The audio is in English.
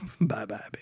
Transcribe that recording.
Bye-bye